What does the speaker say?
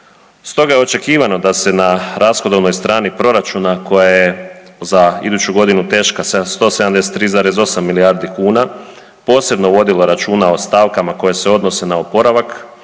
Stoga je očekivano da se na rashodovnoj strani proračuna koja je za iduću godinu teška 173,8 milijardi kuna posebno vodilo računa o stavkama koje se odnose na oporavak,